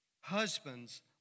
Husbands